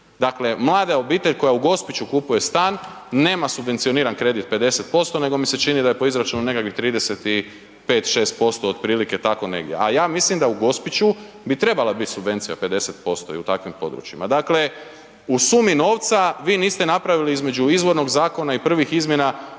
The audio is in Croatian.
Dakle mlada obitelj koja u Gospiću kupuje stan, nema subvencioniran kredit 50% nego mi se čini da je po izračunu nekakvih 30 i 5, 6% otprilike tako negdje, a ja mislim da u Gospiću bi trebala bit subvencija 50% i u takvim područjima. Dakle u sumi novca, vi niste napravili između izvornog zakona i prvih izmjena,